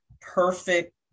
perfect